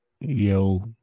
Yo